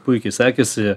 puikiai sekėsi